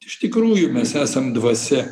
iš tikrųjų mes esam dvasia